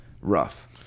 rough